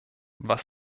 was